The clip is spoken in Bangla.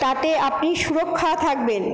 তাতে আপনি সুরক্ষা থাকবেন